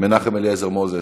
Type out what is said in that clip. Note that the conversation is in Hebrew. מנחם אליעזר מוזס.